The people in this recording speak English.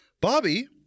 bobby